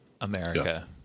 america